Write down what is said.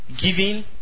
Giving